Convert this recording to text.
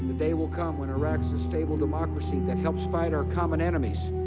day will come when iraq's a stable democracy that helps fight our common enemies.